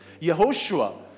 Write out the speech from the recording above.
Yehoshua